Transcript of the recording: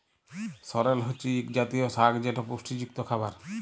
সরেল হছে ইক জাতীয় সাগ যেট পুষ্টিযুক্ত খাবার